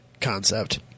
concept